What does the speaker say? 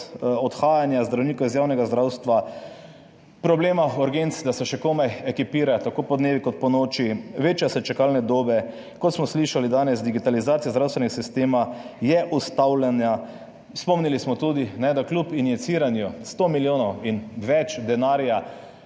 odhajanja zdravnikov iz javnega zdravstva, problema urgenc, da se še komaj ekipirajo, tako podnevi kot ponoči, večajo se čakalne dobe, kot smo slišali danes, digitalizacija zdravstvenega sistema je ustavljena, spomnili smo tudi, da kljub injiciranju 100 milijonov in več denarja